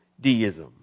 Deism